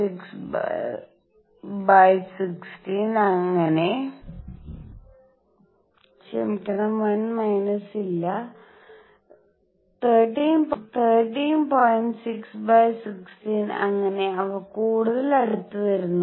6 16 അങ്ങനെ അവ കൂടുതൽ അടുത്ത് വരുന്നു